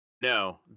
No